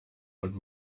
und